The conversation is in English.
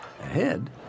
Ahead